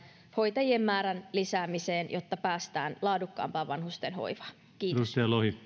hoitajien määrän lisäämiseen jotta päästään laadukkaampaan vanhustenhoivaan kiitos